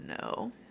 no